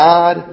God